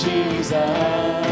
Jesus